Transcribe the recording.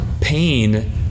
pain